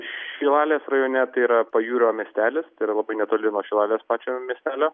šilalės rajone tai yra pajūrio miestelis tai yra labai netoli nuo šilalės pačio miestelio